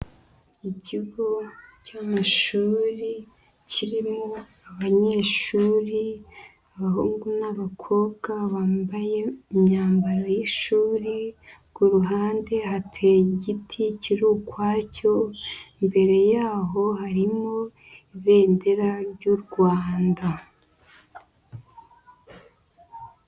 Ikigo cy'amashuri kirimo abanyeshuri; abahungu n'abakobwa bambaye imyambaro y'ishuri. Ku ruhande hateye igiti kiri ukwacyo, imbere yaho harimo ibendera ry'u Rwanda.